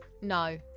No